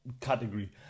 category